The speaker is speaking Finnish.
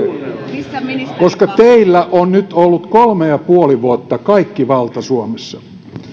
lukee koska teillä on nyt ollut kolme ja puoli vuotta kaikki valta suomessa